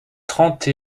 trente